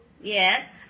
Yes